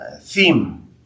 theme